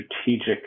strategic